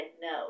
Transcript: no